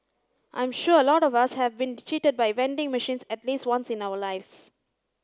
I'm sure a lot of us have been cheated by vending machines at least once in our lives